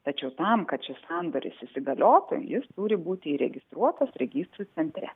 tačiau tam kad šis sandoris įsigaliotų jis turi būti įregistruotas registrų centre